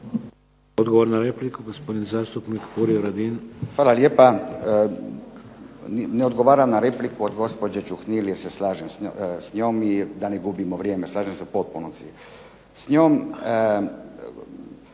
Odgovor na repliku, gospodin zastupnik Furio Radin. **Radin, Furio (Nezavisni)** Hvala lijepa. Ne odgovaram na repliku od gospođe Čuhnil jer se slažem s njom i da ne gubimo vrijeme, slažem se u potpunosti